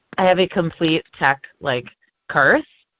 i have a complete tech like curse.